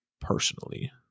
personally